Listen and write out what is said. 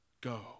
go